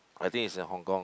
I think it's in Hong-Kong